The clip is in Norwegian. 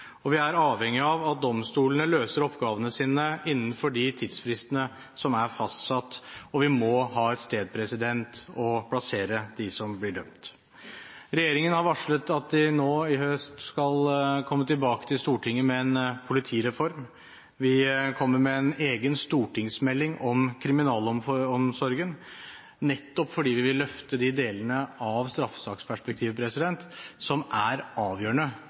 saksbehandling, vi er avhengig av at domstolene løser oppgavene sine innenfor de tidsfristene som er fastsatt, og vi må ha et sted å plassere dem som blir dømt. Regjeringen har varslet at den nå i høst skal komme tilbake til Stortinget med en politireform. Vi kommer med en egen stortingsmelding om kriminalomsorgen, nettopp fordi vi vil løfte de delene av straffesaksperspektivet som er